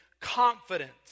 confidence